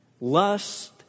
lust